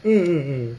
mm mm mm